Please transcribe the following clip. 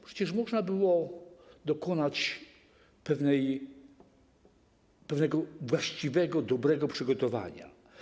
Przecież można było dokonać pewnego właściwego, dobrego przygotowania.